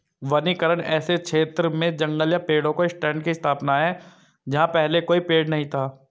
वनीकरण ऐसे क्षेत्र में जंगल या पेड़ों के स्टैंड की स्थापना है जहां पहले कोई पेड़ नहीं था